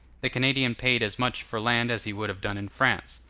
the canadian paid as much for land as he would have done in france.